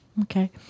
Okay